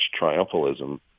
triumphalism